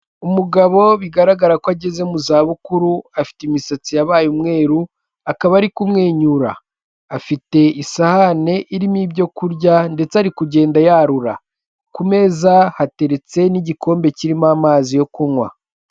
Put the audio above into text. Umugabo bigaragara ko ageze mu za bukuru afite imisatsi yabaye umweru akaba ari kumwenyura, afite isahane irimo ibyo kurya ndetse ari kugenda yarura ku meza hateretse n'igikombe kirimo amazi yo kunywa.